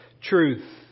truth